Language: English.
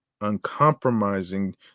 uncompromising